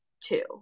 two